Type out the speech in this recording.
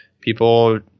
people